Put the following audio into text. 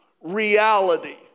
reality